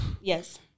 Yes